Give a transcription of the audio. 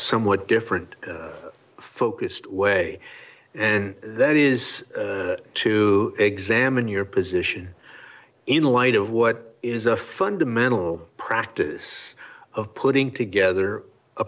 somewhat different focused way and that is to examine your position in light of what is a fundamental practice of putting together a